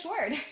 word